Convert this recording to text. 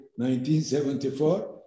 1974